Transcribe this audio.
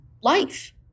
life